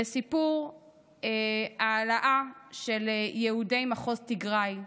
לסיפור העלאה של יהודי מחוז תיגראי,